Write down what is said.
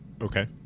Okay